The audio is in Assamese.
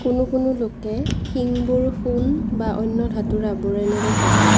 কোনো কোনো লোকে শিংবোৰ সোণ বা অন্য ধাতুৰ আৱৰণেৰে সজায়